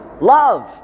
Love